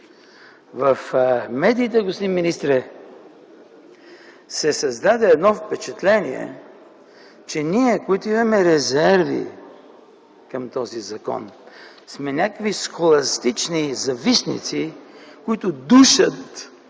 министре, в медиите се създаде едно впечатление, че ние, които имаме резерви към този закон, сме някакви схоластични завистници, които душат